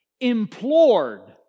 implored